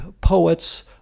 poets